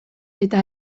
eta